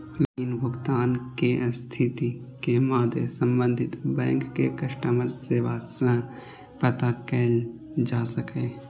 ऋण भुगतान के स्थिति के मादे संबंधित बैंक के कस्टमर सेवा सं पता कैल जा सकैए